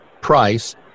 price